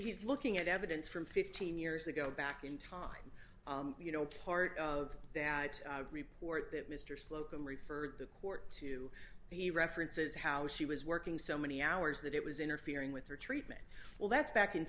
he's looking at evidence from fifteen years ago back in time you know part of that report that mr slocum referred the court to the references how she was working so many hours that it was interfering with her treatment well that's back in